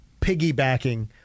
piggybacking